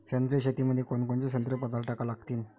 सेंद्रिय शेतीमंदी कोनकोनचे सेंद्रिय पदार्थ टाका लागतीन?